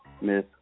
Miss